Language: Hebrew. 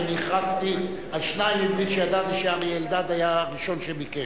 כי אני הכרזתי על שניים מבלי שידעתי שאריה אלדד היה הראשון שביקש.